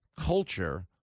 culture